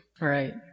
right